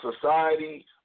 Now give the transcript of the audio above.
society